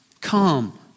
Come